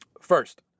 First